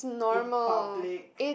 in public